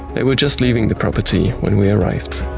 they were just leaving the property when we arrived.